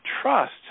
trust